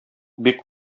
бик